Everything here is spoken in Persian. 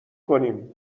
کنیم